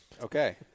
Okay